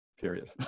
period